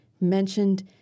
mentioned